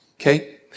Okay